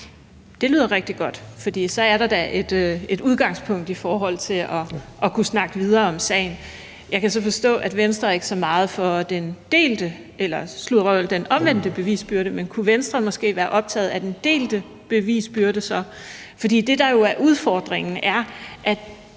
Det lyder rigtig godt, for så er der da et udgangspunkt i forhold til at kunne snakke videre om sagen. Jeg kan så forstå, at Venstre ikke er så meget for den omvendte bevisbyrde, men kunne Venstre måske så være optaget af den delte bevisbyrde? For det, der jo er udfordringen, er, at